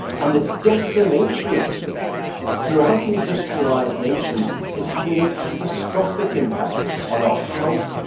and the decimation of sleep throughout industrialized nations is having a catastrophic impact on our health,